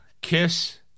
Kiss